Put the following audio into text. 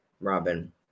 Robin